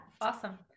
awesome